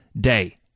day